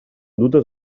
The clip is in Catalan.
dutes